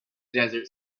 desert